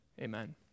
Amen